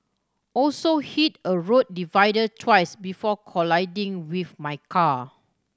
also hit a road divider twice before colliding with my car